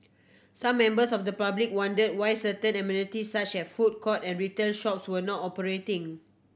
some members of the public wondered why certain amenities such as food court and retail shops were not operating